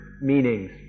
meanings